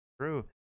true